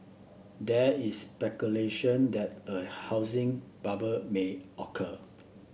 there is speculation that a housing bubble may occur